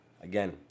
Again